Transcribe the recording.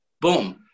boom